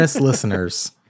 listeners